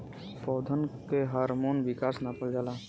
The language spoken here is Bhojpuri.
पौधन के हार्मोन विकास नापल जाला